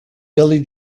billy